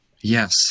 Yes